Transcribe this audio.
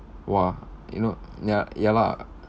!wah! you know ya ya lah